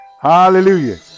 Hallelujah